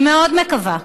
אני מאוד מקווה,